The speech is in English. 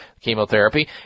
chemotherapy